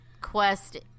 quest